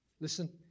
listen